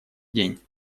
день